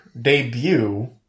debut